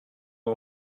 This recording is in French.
mon